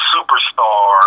Superstar